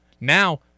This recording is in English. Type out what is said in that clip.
Now